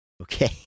Okay